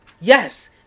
Yes